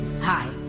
Hi